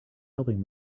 helping